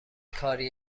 کاریه